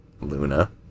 Luna